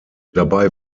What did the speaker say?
dabei